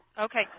Okay